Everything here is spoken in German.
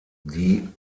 die